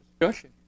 discussion